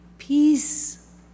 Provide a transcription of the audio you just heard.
Peace